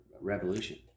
revolution